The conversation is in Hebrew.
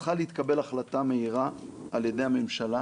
צריכה להתקבל החלטה מהירה על ידי הממשלה